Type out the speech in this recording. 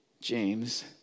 James